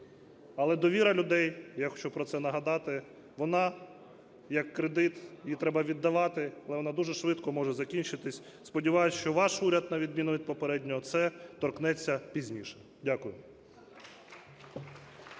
Але довіра людей, я хочу про це нагадати, вона як кредит, її треба віддавати, вона дуже швидко може закінчитись. Сподіваюсь, що вашого уряду, на відміну від попереднього, це торкнеться пізніше. Дякую.